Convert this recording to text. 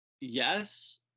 yes